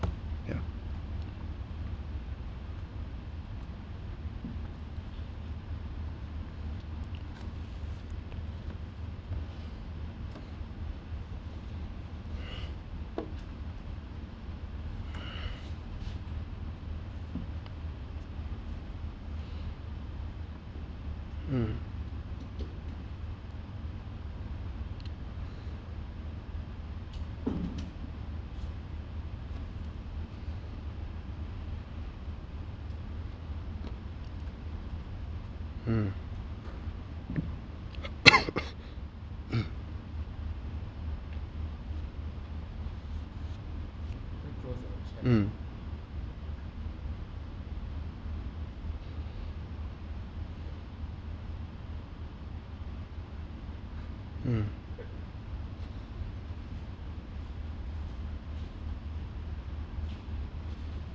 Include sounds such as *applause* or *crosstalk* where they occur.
yeah mm mm *coughs* mm mm